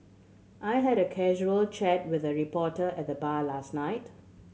I had a casual chat with a reporter at the bar last night